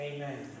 Amen